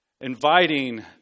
inviting